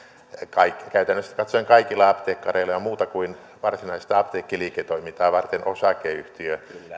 käytännössä katsoen kaikilla apteekkareilla ei ole muuta kuin varsinaista apteekkiliiketoimintaa varten osakeyhtiö